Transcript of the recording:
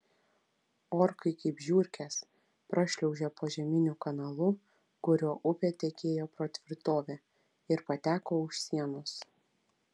orkai kaip žiurkės prašliaužė požeminiu kanalu kuriuo upė tekėjo pro tvirtovę ir pateko už sienos